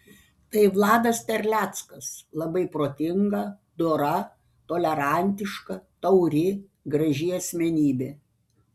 tai vladas terleckas labai protinga dora tolerantiška tauri graži asmenybė